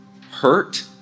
hurt